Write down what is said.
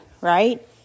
right